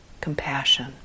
compassion